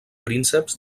prínceps